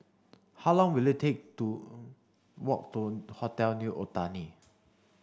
how long will it take to walk to Hotel New Otani